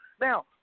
Now